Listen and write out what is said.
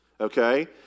okay